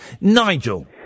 Nigel